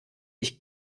ich